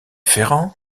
ferrand